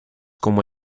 como